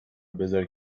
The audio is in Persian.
بزار